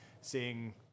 seeing